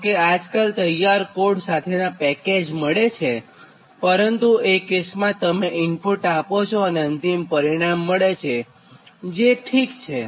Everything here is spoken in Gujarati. જો કે આજ કાલ તૈયાર કોડ સાથેનાં પેકેજ મળે છે પરંતુ એ કેસમાં તમે ઇનપુટ આપો છો અને અંતિમ પરિણામ તમને મળે છેજે ઠીક છે